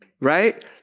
Right